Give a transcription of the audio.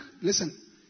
listen